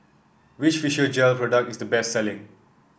which Physiogel product is the best selling